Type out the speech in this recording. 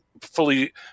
fully